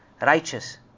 righteous